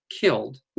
killed